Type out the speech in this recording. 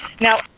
Now